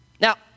Now